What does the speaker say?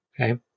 Okay